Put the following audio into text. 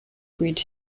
greet